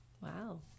Wow